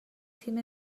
تیم